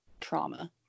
trauma